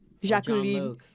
Jacqueline